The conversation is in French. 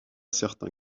certain